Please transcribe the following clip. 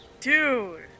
Dude